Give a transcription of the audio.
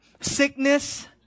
sickness